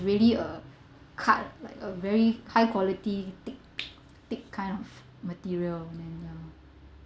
really a card like a very high quality thick thick kind of material ya